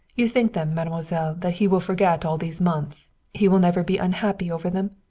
you think then, mademoiselle, that he will forget all these months he will never be unhappy over them?